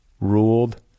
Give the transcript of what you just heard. ruled